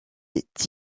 est